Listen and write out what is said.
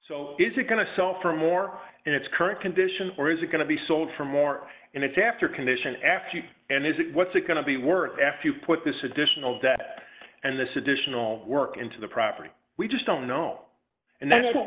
so is it going to sell for more in its current condition or is it going to be sold for more and it's after condition after you and is it what's it going to be worth after you put this additional debt and this additional work into the property we just don't know and then